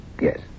yes